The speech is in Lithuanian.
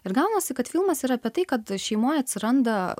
ir gaunasi kad filmas yra apie tai kad šeimoj atsiranda